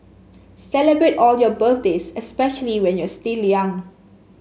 celebrate all your birthdays especially when you're still young